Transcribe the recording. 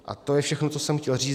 A to je všechno, co jsem chtěl říct.